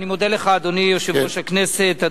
אני מודה לך, אדוני יושב-ראש הכנסת.